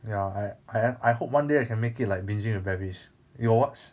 ya I I I hope one day I can make it like binging with babish you got watch